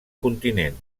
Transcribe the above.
continent